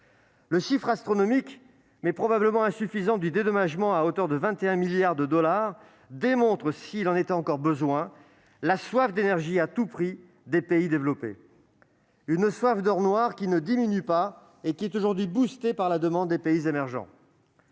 Le chiffre astronomique, mais probablement insuffisant, du dédommagement, à hauteur de 21 milliards de dollars, démontre, s'il en était encore besoin, la soif d'énergie à tout prix des pays développés. Une soif d'or noir qui ne diminue pas et qui est aujourd'hui boostée par la demande des pays émergents.